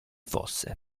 fosse